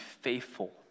faithful